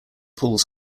pools